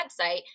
website